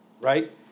right